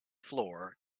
floor